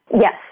Yes